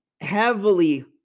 heavily